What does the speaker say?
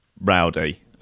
rowdy